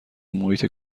محیط